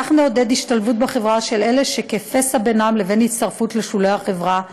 כך נעודד השתלבות בחברה של אלה שכפסע בינם לבין הצטרפות לשולי החברה,